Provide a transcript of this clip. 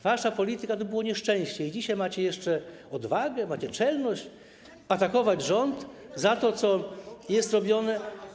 Wasza polityka to było nieszczęście, a dzisiaj macie odwagę, macie czelność atakować rząd za to, co jest robione.